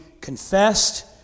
confessed